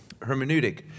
hermeneutic